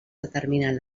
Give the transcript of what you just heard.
determinen